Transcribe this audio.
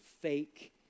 fake